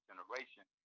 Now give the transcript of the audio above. generation